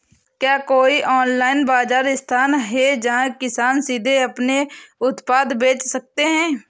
क्या कोई ऑनलाइन बाज़ार स्थान है जहाँ किसान सीधे अपने उत्पाद बेच सकते हैं?